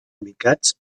ubicats